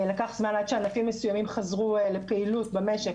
לקח זמן עד שענפים מסויימים חזרו לפעילות במשק,